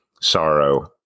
sorrow